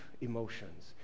emotions